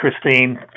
Christine